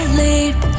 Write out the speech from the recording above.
leap